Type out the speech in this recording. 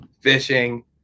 fishing